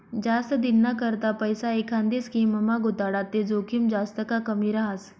जास्त दिनना करता पैसा एखांदी स्कीममा गुताडात ते जोखीम जास्त का कमी रहास